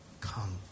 Come